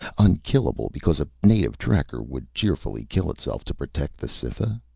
unkillable because a native tracker would cheerfully kill itself to protect the cytha?